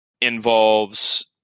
involves